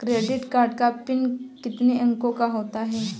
Credit card का PIN कितने अंकों का होता है?